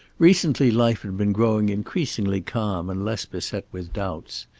recently life had been growing increasingly calm and less beset with doubts.